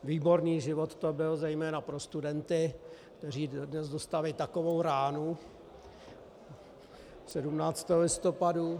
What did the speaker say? Výborný život to byl zejména pro studenty, kteří dnes dostali takovou ránu 17. listopadu.